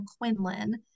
Quinlan